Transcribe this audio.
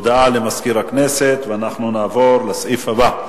הודעה למזכיר הכנסת, ואנחנו נעבור לסעיף הבא.